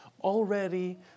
already